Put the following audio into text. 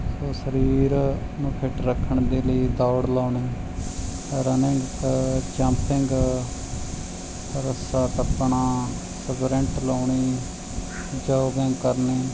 ਸੋ ਸਰੀਰ ਨੂੰ ਫਿਟ ਰੱਖਣ ਦੇ ਲਈ ਦੌੜ ਲਾਉਣੀ ਰਨਿੰਗ ਜੰਪਿੰਗ ਰੱਸਾ ਟੱਪਣਾ ਸਪਰਿੰਟ ਲਾਉਣੀ ਜੋਗਿੰਗ ਕਰਨੀ